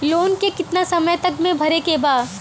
Loan के कितना समय तक मे भरे के बा?